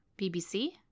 BBC